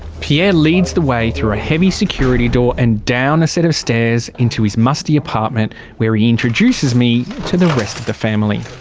pierre leads the way through a heavy security door and down a set of stairs, into his musty apartment where he introduces me to the rest of the family.